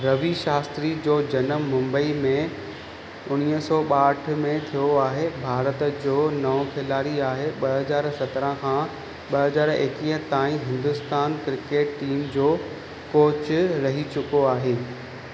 रवी शाश्त्री जो जनमु मुम्बई में उणिवीह सौ ॿाहठि में थियो आहे भारत जो नओं खिलाड़ी आहे ॿ हज़ार सतरहां खां ॿ हज़ार एक्वीह ताईं हिन्दूस्तान क्रिकेट टीम जो कोच रही चुको आहे